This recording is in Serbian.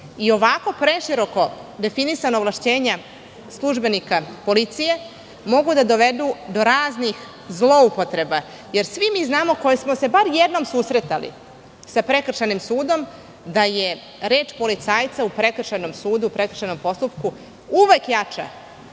Ovako preširoko definisana ovlašćenja službenika policije mogu da dovedu do raznih zloupotreba jer svi mi koji smo se bar jednom susretali sa Prekršajnim sudom, znamo da je reč policajca u prekršajnom postupku uvek jača